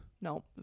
No